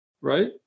right